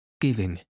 giving